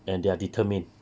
and they are determined